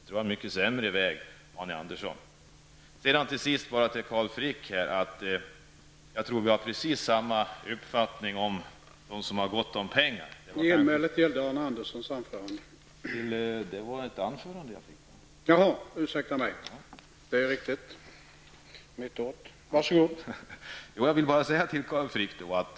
Detta är en mycket sämre väg, Sedan vill jag till Carl Frick säga, att jag tror vi har precis samma uppfattning om de som har gott om pengar. Arne Anderssons i Gamleby anförande.) Detta är ett anförande.